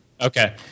Okay